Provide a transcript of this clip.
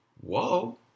Whoa